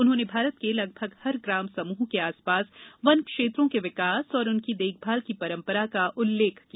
उन्होंने भारत के लगभग हर ग्राम समूह के आसपास वन क्षेत्रों के विकास और उनकी देखभाल की परंपरा का उल्लेख किया